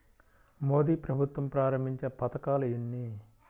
మోదీ ప్రభుత్వం ప్రారంభించిన పథకాలు ఎన్ని?